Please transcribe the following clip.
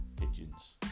pigeons